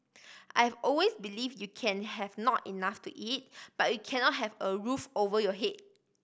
I've always believe you can have not enough to eat but you cannot have a roof over your head